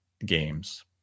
Games